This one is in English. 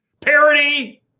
Parody